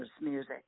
music